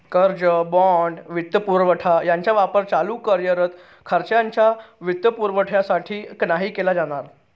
कर्ज, बाँड, वित्तपुरवठा यांचा वापर चालू कार्यरत खर्चाच्या वित्तपुरवठ्यासाठी नाही केला जाणार